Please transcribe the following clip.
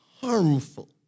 harmful